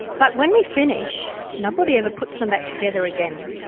but when we finish, nobody ever puts them back together again.